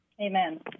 Amen